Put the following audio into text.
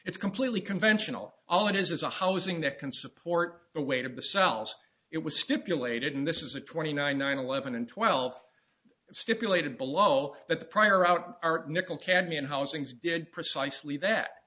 it's completely conventional all it is is a housing that can support the weight of the cells it was stipulated in this is a twenty nine nine eleven and twelve stipulated below that the prior out our nickel champion housings did precisely that